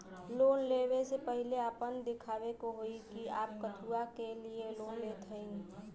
Loan ले वे से पहिले आपन दिखावे के होई कि आप कथुआ के लिए लोन लेत हईन?